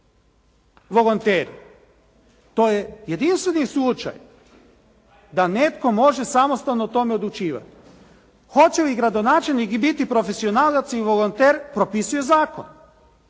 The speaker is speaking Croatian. volonteri. To je jedinstveni slučaj da netko može samostalno o tome odlučivati. Hoće li gradonačelnik biti profesionalac i volonter propisuje zakon.